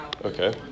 okay